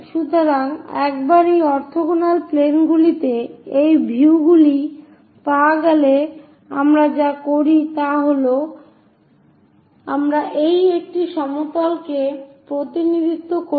সুতরাং একবার এই অর্থোগোনাল প্লেনগুলিতে এই ভিউগুলি পাওয়া গেলে আমরা যা করি তা হল আমরা এই একটি সমতলকে প্রতিনিধিত্ব করি